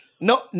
No